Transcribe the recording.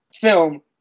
film